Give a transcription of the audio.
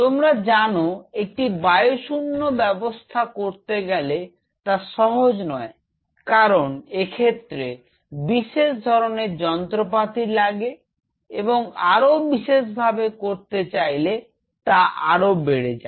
তোমরা জানো একটি বায়ুশূন্য ব্যবস্থা করতে গেলে তা সহজ নয় কারণ এক্ষেত্রে বিশেষ ধরনের যন্ত্রপাতি লাগে এবং আরও বিশেষ ভাবে করতে চাইলে তা আরো বেড়ে যায়